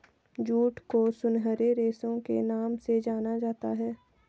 jute को सुनहरे रेशे के नाम से जाना जाता है